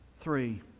Three